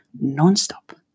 non-stop